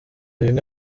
bimwe